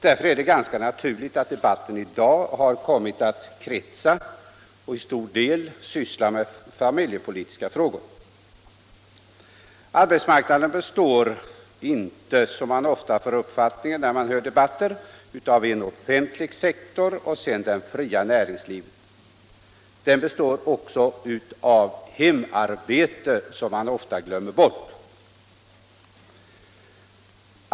Därför är det ganska naturligt att debatten i dag kommit att kretsa kring och till stor del avse familjepolitiska frågor. Arbetsmarknaden består inte, som man ofta får ett intryck av när man lyssnar på debatter, bara av den offentliga sektorn och det fria näringslivet. Den består också av hemarbete, något som ofta glöms bort.